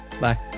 bye